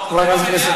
חברת הכנסת